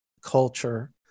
culture